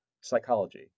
psychology